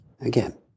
Again